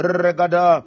regada